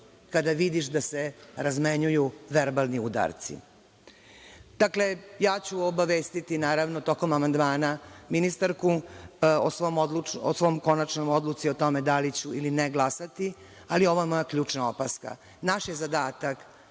kada vidiš da se razmenjuju verbalni udarci. Dakle, ja ću obavestiti tokom amandmana ministarku o svojoj konačnoj odluci o tome da li ću ili ne glasati, ali ovo je moja ključna opaska. Naš je zadatak